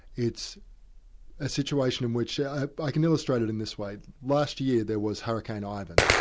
it's a situation in which i can illustrate it in this way last year there was hurricane ivan,